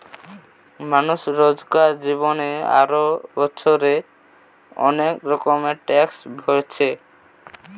মানুষ রোজকার জীবনে আর বছরে অনেক রকমের ট্যাক্স ভোরছে